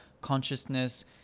consciousness